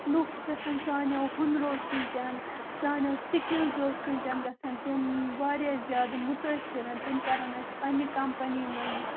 لُکھ گَژھَن سانِٮ۪و ہُنرو سۭتۍ سانِٮ۪و سِکِلزو سۭتۍ گَژھَن تِم واریاہ زیادٕ مُتٲثِر تِم کَرن اسہِ پاننہِ کَمپٔنی منٛز